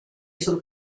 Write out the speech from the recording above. sul